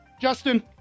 Justin